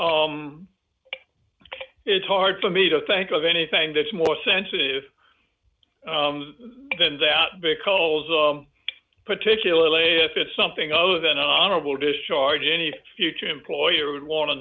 it's hard for me to think of anything that's more sensitive than that because particularly if it's something other than honorable discharge any future employer would want to